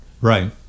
Right